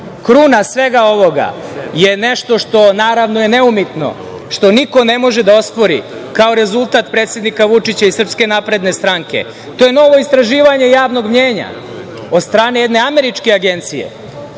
kruna svega ovoga je nešto što je naravno neumitno, što niko ne može da ospori, kao rezultata predsednika Vučića i SNS, to je novo istraživanje javnog mnjenja od strane jedne američke agencije,